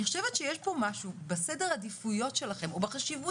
אני חושבת שיש פה משהו בסדר עדיפויות שלכם או בחשיבות